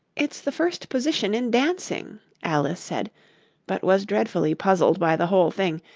it's the first position in dancing alice said but was dreadfully puzzled by the whole thing,